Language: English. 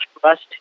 trust